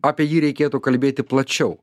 apie jį reikėtų kalbėti plačiau